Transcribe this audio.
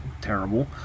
terrible